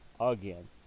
again